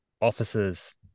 officers